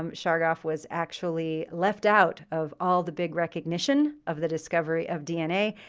um chargaff was actually left out of all the big recognition of the discovery of dna,